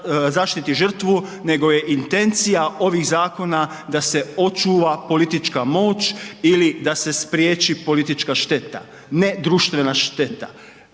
zaštiti žrtvu nego je intencija ovih zakona da se očuva politička moć ili da se spriječi politička šteta, ne društvena šteta.